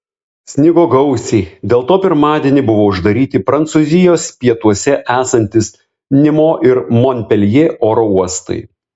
snigo gausiai dėl to pirmadienį buvo uždaryti prancūzijos pietuose esantys nimo ir monpeljė oro uostai